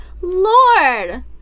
Lord